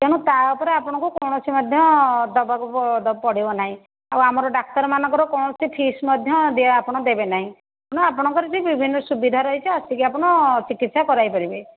ତେଣୁ ତା ଉପରେ ଆପଣଙ୍କୁ କୌଣସି ମଧ୍ୟ ଦେବାକୁ ପଡ଼ିବ ନାହିଁ ଆଉ ଆମର ଡାକ୍ତର ମାନଙ୍କର କୌଣସି ଫିସ୍ ମଧ୍ୟ ଦିଆ ଆପଣ ଦେବେ ନାହିଁ ତେଣୁ ଆପଣଙ୍କର ଏଠି ବିଭିନ୍ନ ସୁବିଧା ରହିଛି ଆସିକି ଆପଣ ଚିକିତ୍ସା କରାଇପାରିବେ